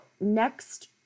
next